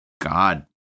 God